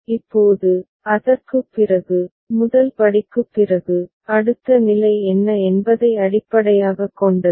இப்போது அதற்குப் பிறகு முதல் படிக்குப் பிறகு அடுத்த நிலை என்ன என்பதை அடிப்படையாகக் கொண்டது